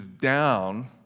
down